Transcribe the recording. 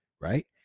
right